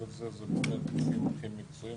את זה אלה באמת הגופים הכי מקצועיים